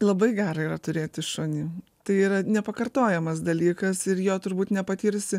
labai gera yra turėti šunį tai yra nepakartojamas dalykas ir jo turbūt nepatirsi